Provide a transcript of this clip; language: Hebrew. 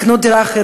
לקנות דירה אחרת,